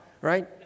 Right